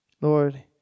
Lord